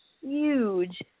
huge